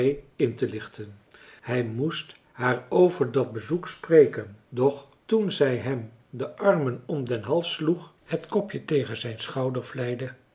intelichten hij moest haar over dat bezoek spreken doch toen zij hem de armen om den hals sloeg het kopje tegen zijn schouder